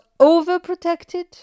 overprotected